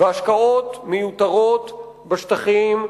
והשקעות מיותרות בשטחים,